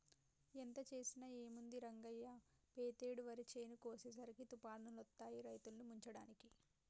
ఎంత చేసినా ఏముంది రంగయ్య పెతేడు వరి చేను కోసేసరికి తుఫానులొత్తాయి రైతుల్ని ముంచడానికి